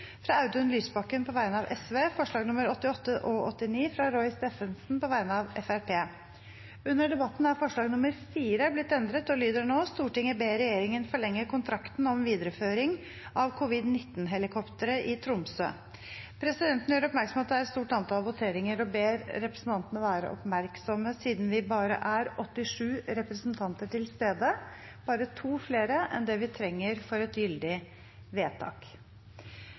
fra Audun Lysbakken på vegne av Sosialistisk Venstreparti forslagene nr. 88 og 89, fra Roy Steffensen på vegne av Fremskrittspartiet Under debatten er forslag nr. 4 blitt endret og lyder nå: «Stortinget ber regjeringen forlenge kontrakten om videreføring av covid-19-helikopteret i Tromsø». Presidenten gjør oppmerksom på at det er et stort antall voteringer og ber representantene være oppmerksomme siden vi bare er 87 representanter til stede, bare to flere enn det vi trenger for et gyldig vedtak.